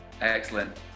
Excellent